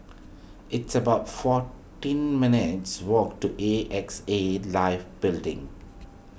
it's about fourteen minutes' walk to A X A Life Building